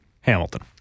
Hamilton